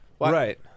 Right